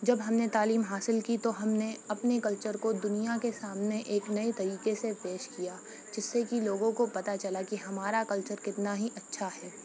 جب ہم نے تعلیم حاصل کی تو ہم نے اپنے کلچر کو دنیا کے سامنے ایک نئے طریقے سے پیش کیا جس سے کہ لوگوں کو پتا چلا کہ ہمارا کلچر کتنا ہی اچھا ہے